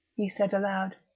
he said aloud.